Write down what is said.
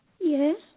Yes